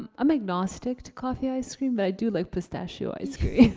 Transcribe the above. i'm agnostic to coffee ice cream but i do like pistachio ice cream.